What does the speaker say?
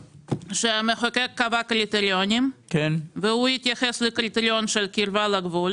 שהמחוקק קבע קריטריונים והוא התייחס לקריטריון של קירבה לגבול